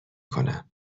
کنم